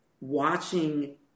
Watching